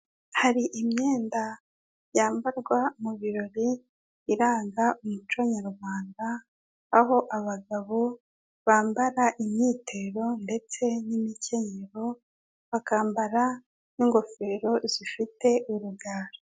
Hari imyenda yambarwa mu birori, iranga umuco nyarwanda, aho abagabo bambara imyitero ndetse n'imikenyero, bakambara n'ingofero zifite urugara.